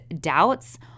doubts